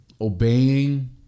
obeying